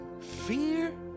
fear